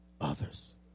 others